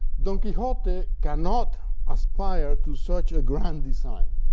don quixote cannot aspire to such a grand design,